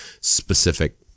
specific